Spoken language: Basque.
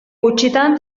gutxitan